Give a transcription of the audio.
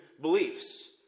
beliefs